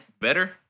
better